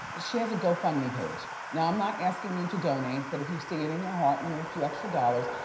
she has a gofundme page. now i'm not asking you to donate but if you see it in your heart and you have a few extra dollars,